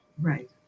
Right